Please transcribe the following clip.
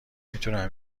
میتونم